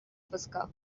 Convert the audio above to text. pescar